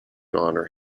honour